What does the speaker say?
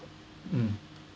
mm